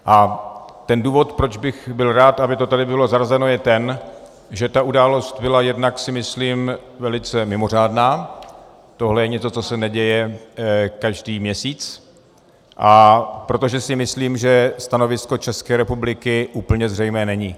A důvod, proč bych byl rád, aby to tady bylo zařazeno, je ten, že ta událost byla jednak, myslím, velice mimořádná, tohle je něco, co se neděje každý měsíc, a proto, že si myslím, že stanovisko České republiky úplně zřejmé není.